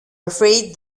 afraid